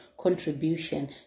contribution